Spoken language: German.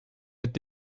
mit